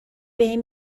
بهم